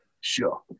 Sure